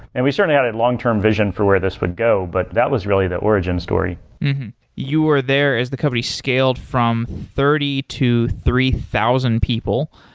and we certainly had a long-term vision for where this would go. but that was really the origin story you were there as the company scaled from thirty to three thousand people.